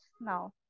now